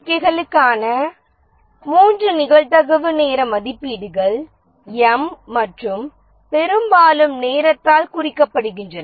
நடவடிக்கைகளுக்கான மூன்று நிகழ்தகவு நேர மதிப்பீடுகள் 'm' மற்றும் பெரும்பாலும் நேரத்தால் குறிக்கப்படுகின்றன